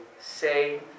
say